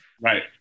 right